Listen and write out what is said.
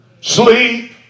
sleep